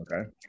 Okay